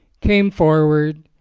came forward,